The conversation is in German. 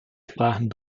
sprachen